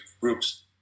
groups